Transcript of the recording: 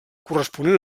corresponent